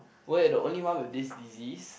where the only one with this disease